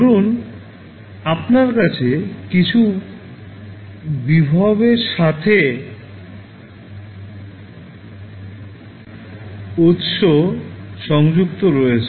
ধরুন আপনার কাছে কিছু ভোল্টেজের উৎস সংযুক্ত রয়েছে